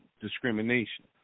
discrimination